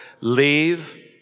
Leave